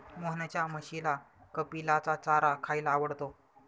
मोहनच्या म्हशीला कपिलाचा चारा खायला आवडतो